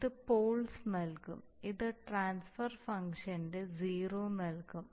ഇത് പോൾസ് നൽകും ഇത് ട്രാൻസ്ഫർ ഫംഗ്ഷന്റെ സീറോ നൽകും